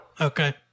Okay